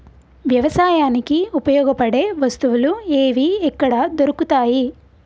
వ్యవసాయానికి ఉపయోగపడే వస్తువులు ఏవి ఎక్కడ దొరుకుతాయి?